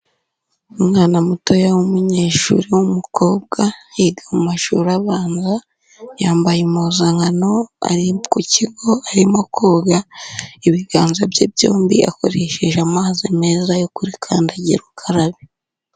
Ni umwana mutoya w'umunyeshuri w'umukobwa, yiga mu mashuri abanza, yambaye impuzankano, ari ku kigo, arimo koga ibiganza bye byombi akoresheje amazi meza yo kuri kandagira ukarabe.